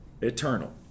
eternal